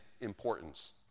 importance